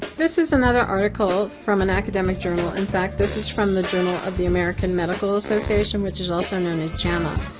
this is another article from an academic journal. in fact, this is from the journal of the american medical association, which is also known as jama.